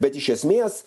bet iš esmės